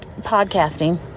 podcasting